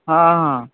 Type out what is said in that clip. ହଁ ହଁ